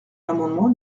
l’amendement